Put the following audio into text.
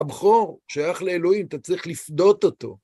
הבחור שייך לאלוהים, אתה צריך לפדות אותו.